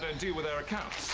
don't deal with our accounts.